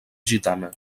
gitana